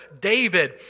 David